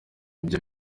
ibyo